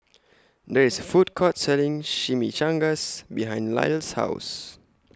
There IS A Food Court Selling Chimichangas behind Lyle's House